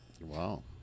Wow